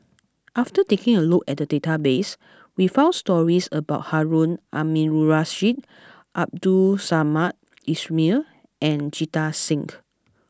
after taking a look at the database we found stories about Harun Aminurrashid Abdul Samad Ismail and Jita Singh